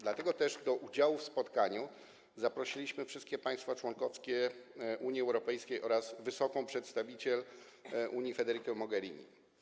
Dlatego też do udziału w spotkaniu zaprosiliśmy wszystkie państwa członkowskie Unii Europejskiej oraz wysoką przedstawiciel Unii Federicę Mogherini.